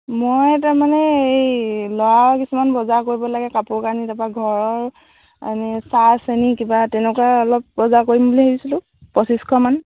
মই তাৰ মানে এই ল'ৰাৰ কিছুমান বজাৰ কৰিব লাগে কাপোৰ কানি তাৰপৰা ঘৰৰ এনেই চাহ চেনী কিবা তেনেকুৱা অলপ বজাৰ কৰিম বুলি ভাবিছিলোঁ পঁচিছশ মান